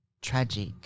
tragic